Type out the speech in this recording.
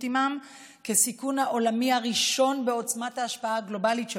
עימם כסיכון העולמי הראשון בעוצמת ההשפעה הגלובלית שלו,